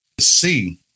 see